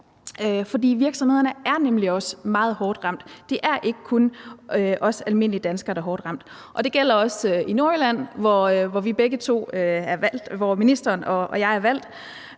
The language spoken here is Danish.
Virksomhederne er nemlig også meget hårdt ramt, det er ikke kun os almindelige danskere, der er hårdt ramt, og det gælder også i Nordjylland, hvor ministeren og jeg er valgt,